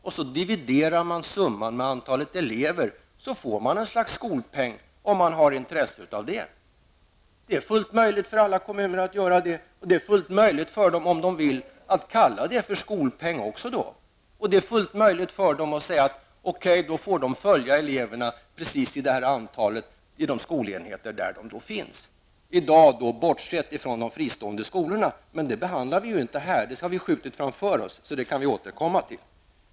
Sedan dividerar man summan med antal elever och får ett slags skolpeng, om man har intresse av det. Det är fullt möjligt för alla kommuner att göra det. Det är fullt möjligt för dem, om de vill, att kalla det för skolpeng. Det är fullt möjligt för dem att säga att pengarna får följa precis det antalet elever i de skolenheter där de finns. I dag får man bortse från de fristående skolorna, men den frågan behandlar vi inte här. Den har vi skjutit framför oss och kan återkomma till.